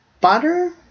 Butter